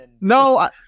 No